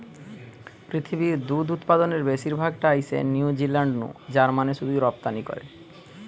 পৃথিবীর দুধ উতপাদনের বেশির ভাগ টা আইসে নিউজিলান্ড নু জার্মানে শুধুই রপ্তানি করে